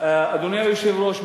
אדוני היושב-ראש,